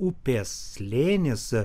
upės slėnis